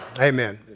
Amen